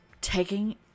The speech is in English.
taking